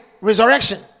Resurrection